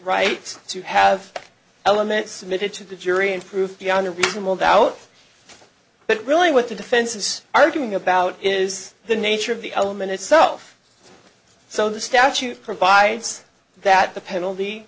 right to have elements to the jury and proof beyond a reasonable doubt but really what the defense is arguing about is the nature of the element itself so the statute provides that the penalty